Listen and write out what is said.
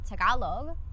Tagalog